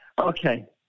Okay